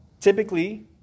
typically